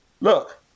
look